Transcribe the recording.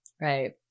Right